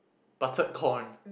buttered corn